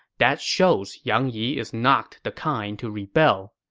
that shows yang yi is not the kind to rebel.